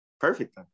Perfect